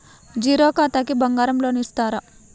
Zero ఖాతాకి బంగారం loan ఇస్తారా?